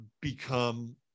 become